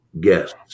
guests